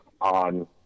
on